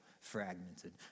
fragmented